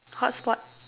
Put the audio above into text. hotspot